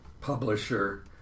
publisher